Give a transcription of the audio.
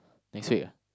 next week ah